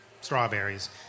strawberries